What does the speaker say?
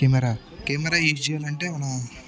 camera camera use చేయాలి అంటే మనం